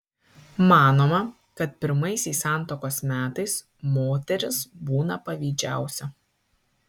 manoma kad pirmaisiais santuokos metais moteris būna pavydžiausia